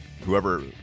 whoever